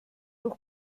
doch